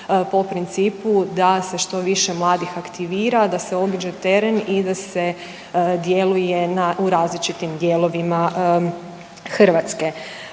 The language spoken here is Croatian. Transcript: po principu da se što više mladih aktivira, da se obiđe teren i da se djeluje u različitim dijelovima Hrvatske.